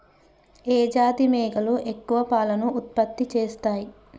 ఏ జాతి మేకలు ఎక్కువ పాలను ఉత్పత్తి చేస్తయ్?